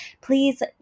please